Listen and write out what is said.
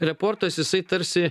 reportas jisai tarsi